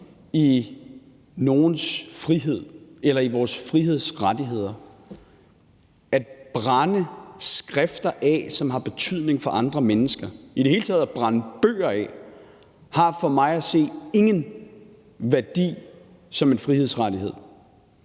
i nogens frihed eller i vores frihedsrettigheder. At brænde skrifter af, som har betydning for andre mennesker – i det hele taget at brænde bøger af – har for mig at se ingen værdi som en frihedsrettighed.